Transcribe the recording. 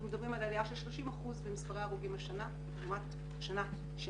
אנחנו מדברים על עלייה של 30% במספר ההרוגים השנה לעומת השנה שעברה.